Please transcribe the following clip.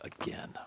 again